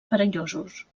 perillosos